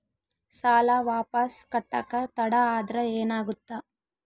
ಸಾಲ ವಾಪಸ್ ಕಟ್ಟಕ ತಡ ಆದ್ರ ಏನಾಗುತ್ತ?